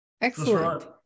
Excellent